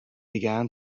began